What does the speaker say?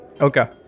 Okay